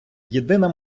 єдина